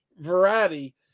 variety